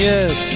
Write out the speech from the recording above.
Yes